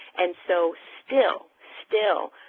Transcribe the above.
and so still, still,